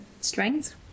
strengths